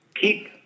Keep